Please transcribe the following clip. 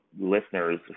listeners